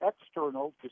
external